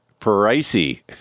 pricey